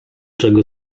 czego